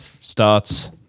starts